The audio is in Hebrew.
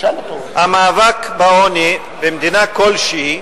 המאבק בעוני במדינה כלשהי,